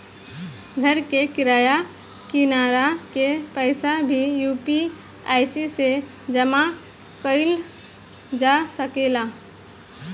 घर के किराया, किराना के पइसा भी यु.पी.आई से जामा कईल जा सकेला